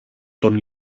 τον